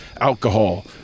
alcohol